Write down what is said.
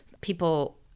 people